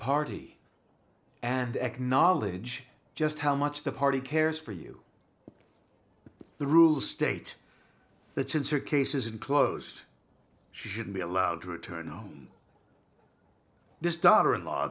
party and acknowledge just how much the party cares for you the rules state that since her case isn't closed she shouldn't be allowed to return home this daughter in law